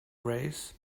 race